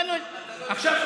אתה לא יודע מה אני רוצה.